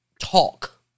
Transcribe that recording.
talk